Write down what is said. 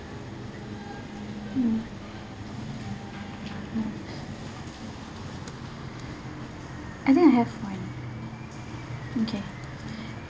mm I think I have one okay